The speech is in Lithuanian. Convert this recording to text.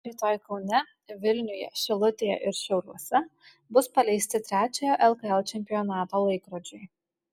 rytoj kaune vilniuje šilutėje ir šiauliuose bus paleisti trečiojo lkl čempionato laikrodžiai